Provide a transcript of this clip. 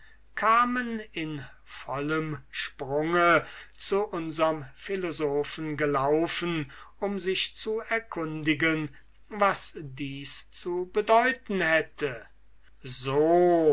kamen in vollem sprunge zu unserm philosophen gelaufen um sich zu erkundigen was dies zu bedeuten hätte so